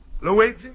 Luigi